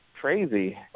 crazy